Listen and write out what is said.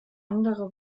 andere